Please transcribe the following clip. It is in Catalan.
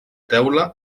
teula